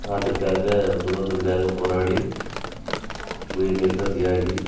நாட்டிற்காக சுதந்திரத்துக்காக போராடி உயிர் நீர்த்த தியாகி